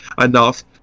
enough